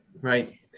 right